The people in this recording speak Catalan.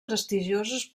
prestigiosos